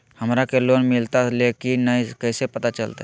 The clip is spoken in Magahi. हमरा के लोन मिलता ले की न कैसे पता चलते?